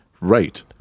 right